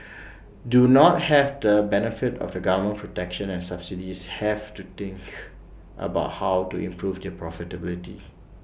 do not have the benefit of the government protection and subsidies have to think about how to improve their profitability